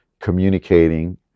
communicating